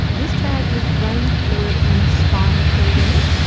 this bag has brain fluid and spinal fluid in it,